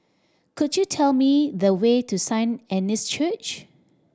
could you tell me the way to Saint Anne's Church